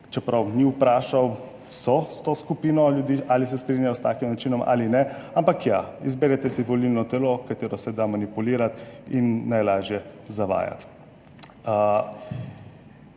čeprav ni vprašal vse skupine ljudi, ali se strinjajo s takim načinom ali ne, ampak ja, izberete si volilno telo, s katerim se da manipulirati in ga je najlažje zavajati.